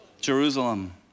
Jerusalem